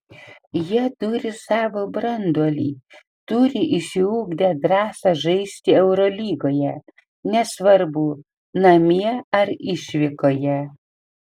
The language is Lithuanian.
jie turi savo branduolį turi išsiugdę drąsą žaisti eurolygoje nesvarbu namie ar išvykoje